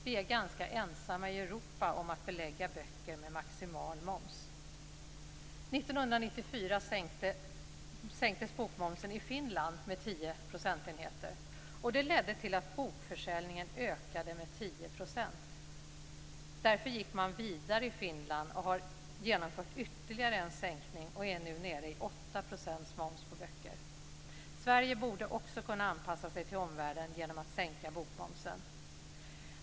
Vi är ganska ensamma i Europa om att belägga böcker med maximal moms. År 1994 Det ledde till att bokförsäljningen ökade med 10 %. Därför gick man vidare i Finland och har genomfört ytterligare en sänkning och är nu nere i 8 % moms på böcker. Sverige borde också kunna anpassa sig till omvärlden genom att sänka bokmomsen.